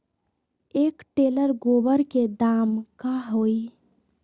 एक टेलर गोबर के दाम का होई?